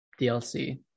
DLC